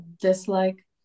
Dislike